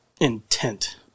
intent